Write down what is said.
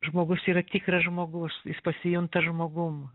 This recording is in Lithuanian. žmogus yra tikras žmogus jis pasijunta žmogum